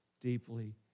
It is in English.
deeply